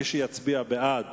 מי שיצביע בעד